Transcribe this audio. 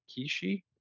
Kishi